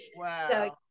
Wow